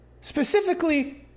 specifically